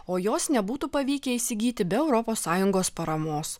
o jos nebūtų pavykę įsigyti be europos sąjungos paramos